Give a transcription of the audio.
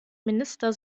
minister